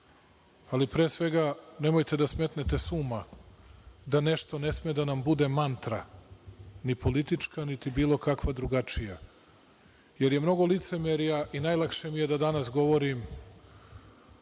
Ali, pre svega, nemojte da smetnete sa uma da nešto ne sme da nam bude mantra ni politička, niti bilo kakva drugačija, jer je mnogo licemerja i najlakše mi je da danas govorim